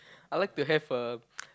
I like to have a